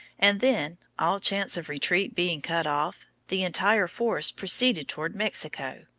and then, all chance of retreat being cut off, the entire force proceeded toward mexico,